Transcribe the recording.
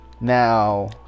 Now